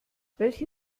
welche